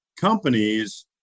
companies